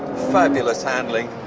fabulous handling,